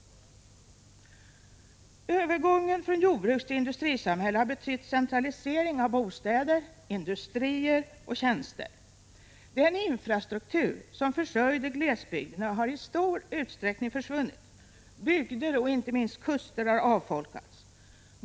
Övergången från jordbrukstill industrisamhälle har betytt centralisering av bostäder, industrier och tjänster. Den infrastruktur som försörjde glesbygderna har i stor utsträckning försvunnit. Bygder och inte minst kuster har avfolkats.